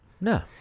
No